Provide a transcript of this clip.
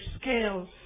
scales